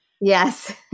Yes